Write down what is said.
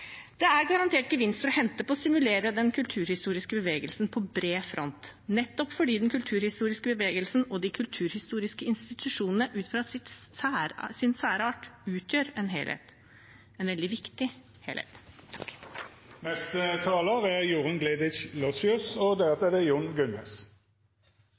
Det er garantert gevinster å hente på å stimulere den kulturhistoriske bevegelsen på bred front, nettopp fordi den kulturhistoriske bevegelsen og de kulturhistoriske institusjonene ut fra sin særart utgjør en helhet – en veldig viktig helhet. Det er veldig bra at partiene på Stortinget er opptatt av å bevare og